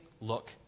look